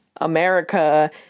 America